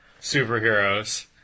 superheroes